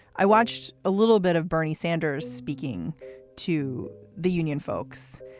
i watched a little bit of bernie sanders speaking to the union folks.